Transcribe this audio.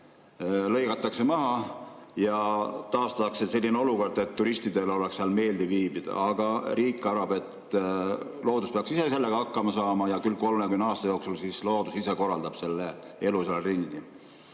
saetakse maha ja taastatakse selline olukord, et turistidel oleks seal meeldiv viibida. Aga riik arvab, et loodus peaks ise sellega hakkama saama ja küll 30 aasta jooksul loodus ise korraldab seal elu ringi.